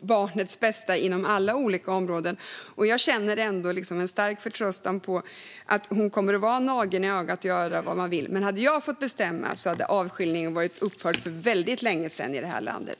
barnets bästa inom alla olika områden. Jag känner en stark förtröstan på att hon kommer att vara en nagel i ögat och göra det vi vill. Men hade jag fått bestämma hade avskiljningen upphört för väldigt länge sedan i det här landet.